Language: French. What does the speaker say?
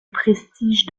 prestige